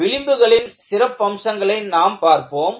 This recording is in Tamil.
விளிம்புகளின் சிறப்பம்சங்களை நாம் பார்ப்போம்